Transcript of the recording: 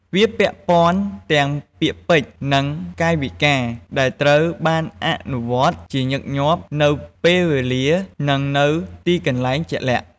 វាពាក់ព័ន្ធទាំង ពាក្យពេចន៍ និង កាយវិការ ដែលត្រូវបានអនុវត្តជាញឹកញាប់នៅ ពេលវេលា និងនៅ ទីកន្លែង ជាក់លាក់។